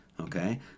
okay